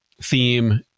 theme